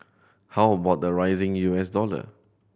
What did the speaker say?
how about the rising U S dollar